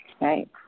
right